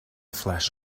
flash